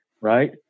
right